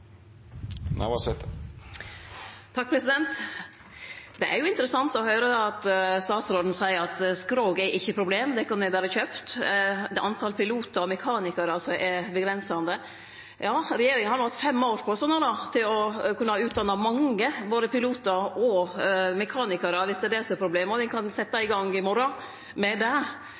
Det er interessant å høyre statsråden seie at skrog ikkje er noko problem – det kunne me berre kjøpt. Det er talet på pilotar og mekanikarar som er avgrensande. Ja, regjeringa har no hatt fem år på seg til å utdanne mange, både pilotar og mekanikarar, om det er det som er problemet, og me kan setje i gang i morgon med det.